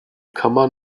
kammer